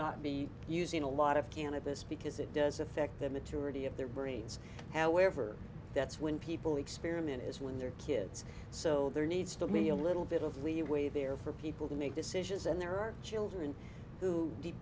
not be using a lot of cannabis because it does affect the maturity of their brains however that's when people experiment is when their kids so there needs to me a little bit of leeway there for people to make decisions and there are children who